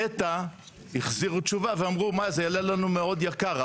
נת"ע החזירו תשובה ואמרו מה זה יעלה לנו מאוד יקר,